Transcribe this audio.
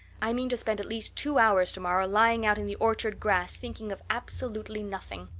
i mean to spend at least two hours tomorrow lying out in the orchard grass, thinking of absolutely nothing.